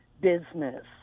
business